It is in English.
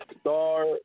star